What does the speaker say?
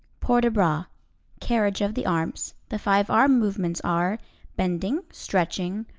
port de bras carriage of the arms. the five arm movements are bending, stretching,